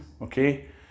Okay